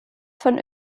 von